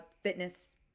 fitness